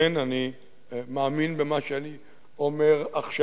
כן, אני מאמין במה שאני אומר עכשיו.